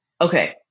okay